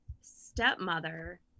stepmother